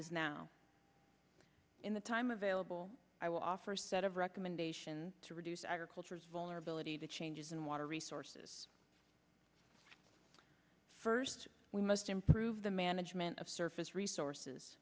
is now in the time available i will offer a set of recommendations to reduce agriculture's vulnerability to changes in water resources first we must improve the management of surface resources